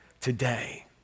today